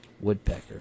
woodpecker